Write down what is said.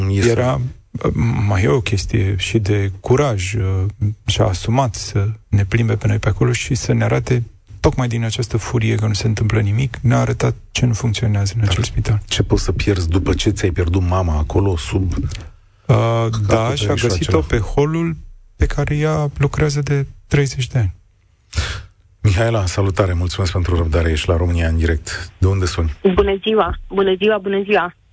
Era- Mhm. mm, mai e o chestie și de curaj, uh, și-a asumat să ne plimbe pe noi pe acolo și să ne arate, tocmai din această furie că nu se întâmplă nimic, ne-a arătat ce nu funcționează în Dar acel spital. ce poți să pierzi după ce ți-ai pierdut mama acolo, sub Ah, hacatul da, tău și a și găsit-o acela? pe holul pe care ea lucrează de 30 de ani. Mihaela, salutare, mulțumesc pentru răbdare, ești la România în direct. De unde suni? Bună ziua, bună ziua, bună ziua.